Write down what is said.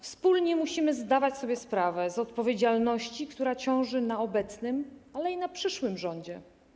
Wspólnie musimy zdawać sobie sprawę z odpowiedzialności, która ciąży na obecnym, ale i na przyszłym rządzie.